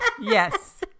yes